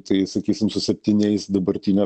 tai sakysim su septyniais dabartinio